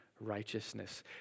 righteousness